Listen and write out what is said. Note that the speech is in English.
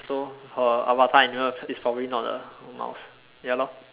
so her avatar you know is probably not a mouse ya lor